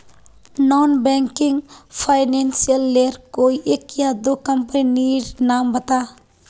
Non banking financial लेर कोई एक या दो कंपनी नीर नाम बता?